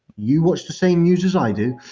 you watch the same news as i do,